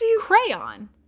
crayon